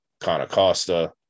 Conacosta